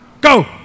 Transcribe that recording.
go